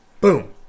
boom